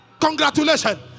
Congratulations